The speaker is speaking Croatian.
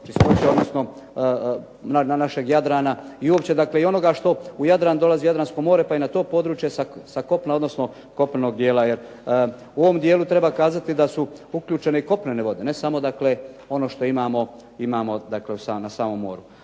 našeg Jadrana i uopće dakle, onoga što u Jadran dolazi, Jadransko more, pa i na to područje sa kopna, odnosno kopnenog dijela. Jer u ovom dijelu treba kazati da su uključene i kopnene vode, ne samo dakle, ono što imamo, imamo